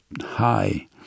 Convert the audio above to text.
high